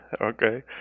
Okay